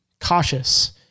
cautious